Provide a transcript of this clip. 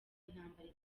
intambara